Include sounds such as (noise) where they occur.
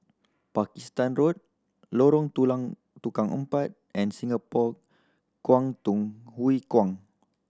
Pakistan Road Lorong (unintelligible) Tukang Empat and Singapore Kwangtung Hui Kuan